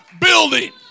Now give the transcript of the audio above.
building